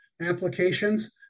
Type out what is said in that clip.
applications